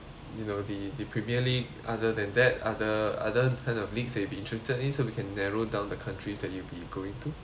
you know the the premier league other than that other other kind of league that you'll be interested in so we can narrow down the countries that you be going to